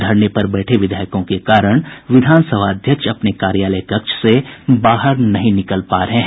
घरने पर बैठे विधायकों के कारण विधान सभाध्यक्ष अपने कार्यालय कक्ष से बाहर नहीं निकल पा रहे हैं